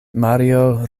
mario